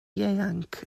ieuanc